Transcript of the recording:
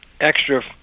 extra